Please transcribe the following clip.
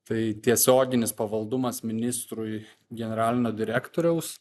tai tiesioginis pavaldumas ministrui generalinio direktoriaus